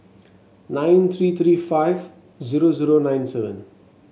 nine three three five zero zero nine seven